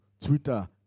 Twitter